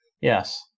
Yes